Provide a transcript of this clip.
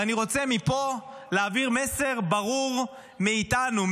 ואני רוצה מפה להעביר מסר ברור מאיתנו,